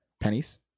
pennies